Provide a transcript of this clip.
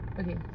Okay